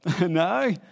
No